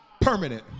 permanent